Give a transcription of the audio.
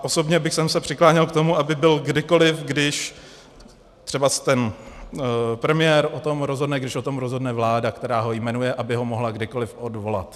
Osobně bych se přikláněl k tomu, aby byl kdykoli, když třeba premiér o tom rozhodne, když o tom rozhodne vláda, která ho jmenuje, aby ho mohla kdykoli odvolat.